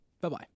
Bye-bye